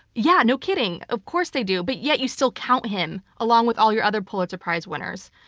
yeah, no kidding, of course they do! but yet you still count him along with all your other pulitzer prize winners.